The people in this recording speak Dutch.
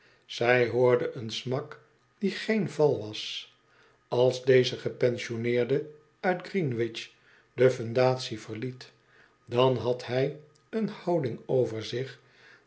zij hoorde een smak die geen val was als deze gepensioneerde uit green wich de fundatie verliet dan had hij een houding